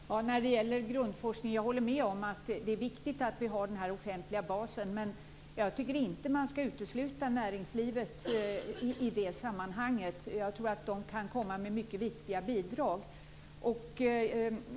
Fru talman! När det gäller grundforskning håller jag med om att det är viktigt att vi har den här offentliga basen. Men jag tycker inte att man skall utesluta näringslivet i det sammanhanget. Jag tror att det kan komma med mycket viktiga bidrag.